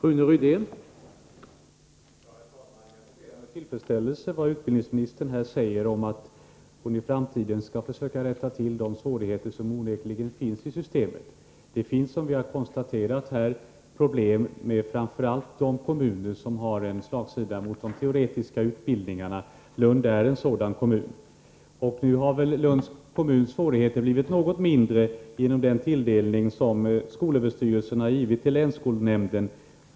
Herr talman! Jag noterar med tillfredsställelse utbildningsministerns uttalande att hon i framtiden skall försöka klara av de svårigheter som onekligen finns i systemet. Det finns som vi har konstaterat problem framför allt i de kommuner som har en slagsida mot de teoretiska utbildningarna. Lund är en sådan kommun. Nu har Lunds kommuns svårigheter blivit något mindre genom den tilldelning som skolöverstyrelsen har givit till länsskolnämnden.